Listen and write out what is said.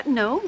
no